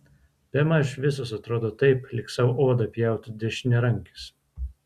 bemaž visos atrodo taip lyg sau odą pjautų dešiniarankis